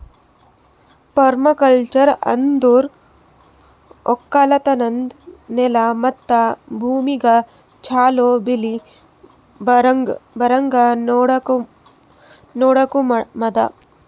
permaculture ಅಂದುರ್ ಒಕ್ಕಲತನದ್ ನೆಲ ಮತ್ತ ಭೂಮಿಗ್ ಛಲೋ ಬೆಳಿ ಬರಂಗ್ ನೊಡಕೋಮದ್